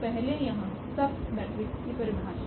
तो पहले यहाँ सब मेट्रिक्स की परिभाषा